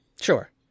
Sure